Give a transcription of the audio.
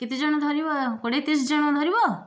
କେତେଜଣ ଧରିବ କୋଡ଼ିଏ ତିରିଶ ଜଣ ଧରିବ